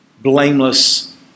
blameless